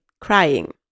crying